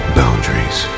boundaries